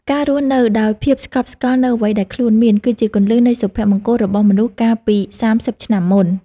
ការរស់នៅដោយភាពស្កប់ស្កល់នូវអ្វីដែលខ្លួនមាន គឺជាគន្លឹះនៃសុភមង្គលរបស់មនុស្សកាលពីសាមសិបឆ្នាំមុន។